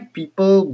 people